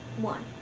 one